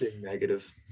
negative